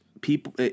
people